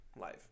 life